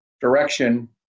direction